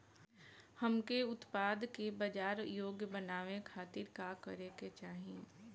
हमके उत्पाद के बाजार योग्य बनावे खातिर का करे के चाहीं?